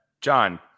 John